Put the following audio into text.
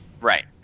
Right